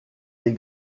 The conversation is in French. des